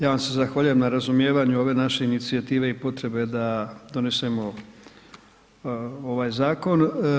Ja vam se zahvaljujem na razumijevanju ove naše inicijative i potrebe da donesemo ovaj zakon.